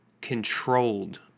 controlled